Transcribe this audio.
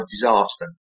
disaster